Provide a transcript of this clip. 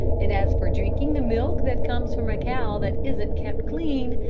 and as for drinking the milk that comes from a cow that isn't kept clean,